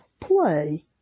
play